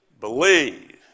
believe